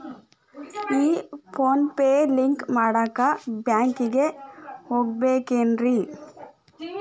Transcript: ಈ PhonePe link ಮಾಡಾಕ ಬ್ಯಾಂಕಿಗೆ ಹೋಗ್ಬೇಕೇನ್ರಿ?